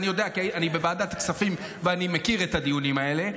אני יודע כי אני בוועדת הכספים ואני מכיר את הדיונים האלה.